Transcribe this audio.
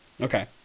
Okay